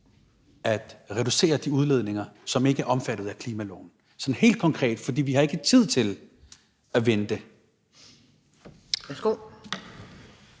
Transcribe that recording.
at reducere de udledninger, som ikke er omfattet af klimaloven – sådan helt konkret, for vi har ikke tid til at vente. Kl.